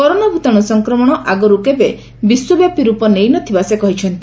corona ଭୂତାଣୁ ସଂକ୍ରମଣ ଆଗରୁ କେବେ ଏଭଳି ବିଶ୍ୱବ୍ୟାପୀ ରୂପ ନେଇନଥିବା ସେ କହିଛନ୍ତି